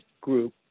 group